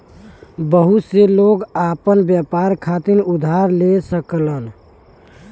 बहुत से लोग आपन व्यापार खातिर उधार ले सकलन